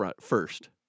first